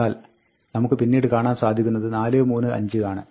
എന്നാൽ നമുക്ക് പിന്നീട് കാണാൻ സാധിക്കുന്നത് 4 3 5 ആണ്